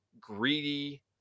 greedy